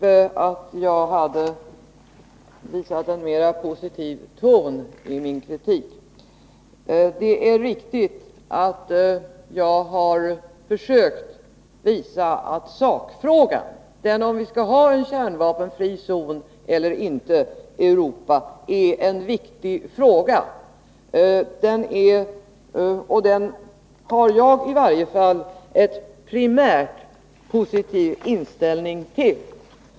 Herr talman! Olle Svensson sade att jag hade en mer positiv ton i min kritik. Det är riktigt att jag har försökt visa att sakfrågan — om vi skall ha en kärnvapenfri zon i Europa eller inte — är en viktig fråga. Den har i varje fall jag primärt en positiv inställning till.